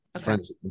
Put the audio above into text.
friends